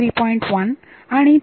1 आणि 3